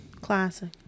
Classic